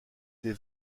des